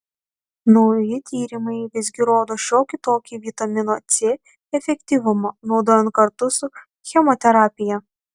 nauji tyrimai visgi rodo šiokį tokį vitamino c efektyvumą naudojant kartu su chemoterapija